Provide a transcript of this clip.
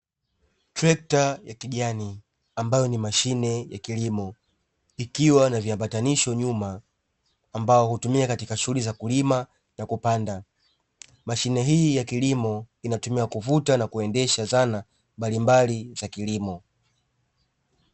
Trekta ya kijani ambayo ni mashine ya kilimo ikiwa na viambatanisho nyuma, ambao hutumika katika shughuli za kulima na kupanda, mashine hii ya kilimo inatumika kuvuta na kuendesha zana mbalimbali za kilimo.